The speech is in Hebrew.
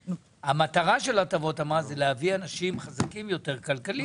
המטרה של הטבות המס היא להביא אנשים חזקים יותר כלכלית.